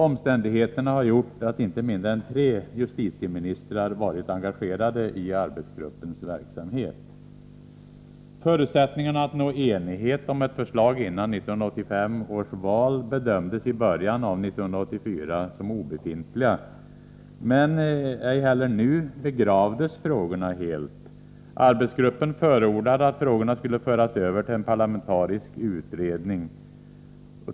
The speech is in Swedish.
Omständigheterna har gjort att inte mindre än tre justitieministrar har varit engagerade i arbetsgruppens verksamhet. Förutsättningarna att nå enighet om ett förslag före 1985 års val bedömdes i början av 1984 som obefintliga. Men ej heller nu begravdes frågorna helt. Arbetsgruppen förordade att frågorna skulle föras över till en parlamentarisk utredning.